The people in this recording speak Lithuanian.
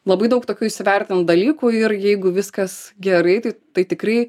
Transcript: labai daug tokių įsivertint dalykų ir jeigu viskas gerai tai tai tikrai